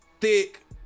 thick